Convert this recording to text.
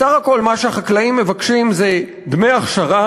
בסך הכול מה שהחקלאים מבקשים זה דמי אכשרה